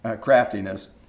craftiness